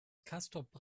castrop